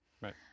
Right